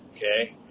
Okay